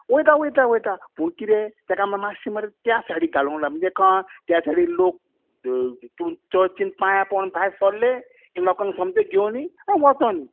वयता वयता वयता पूण कितें ताका मरे मातशें मरे त्या सायडीक घालूंक लाय म्हणजे कळना त्या सायडीन लोक चर्चिन पायां पडून भायर सरले की लोकांक सोमतें घेवनी आनी वचूनी